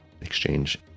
exchange